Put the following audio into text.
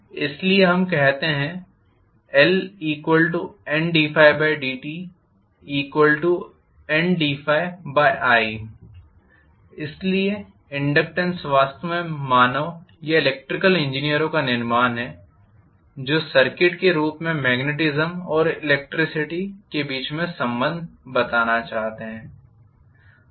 इसलिए हम लिखते हैं LNddiNi इसलिए इनडक्टेन्स वास्तव में मानव या इलेक्ट्रिकल इंजीनियरों का निर्माण है जो सर्किट के रूप में मेग्नेटिस्म और इलेक्ट्रिसिटी के बीच संबंध बताना चाहते हैं